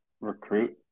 recruit